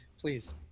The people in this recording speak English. please